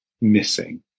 missing